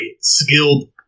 skilled